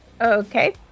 okay